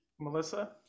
Melissa